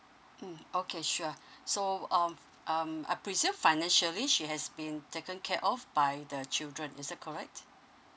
mm okay sure so um um I presume financially she has been taken care of by the children is that correct